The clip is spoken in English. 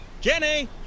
Jenny